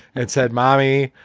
it said, mommy,